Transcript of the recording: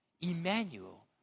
Emmanuel